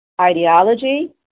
ideology